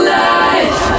life